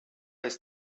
ist